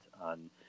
on